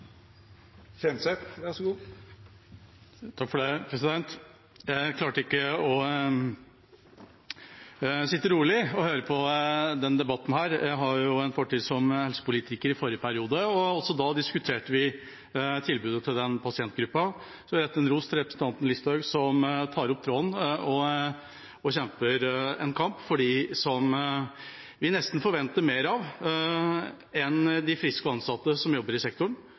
Jeg klarte ikke å sitte rolig og høre på denne debatten. Jeg har jo en fortid som helsepolitiker fra forrige periode, og også da diskuterte vi tilbudet til denne pasientgruppa. Så jeg vil gi ros til representanten Listhaug, som tar opp tråden og kjemper en kamp for dem som vi nesten forventer mer av enn de friske og ansatte som jobber i sektoren.